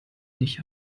nicht